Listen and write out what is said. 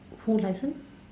whole license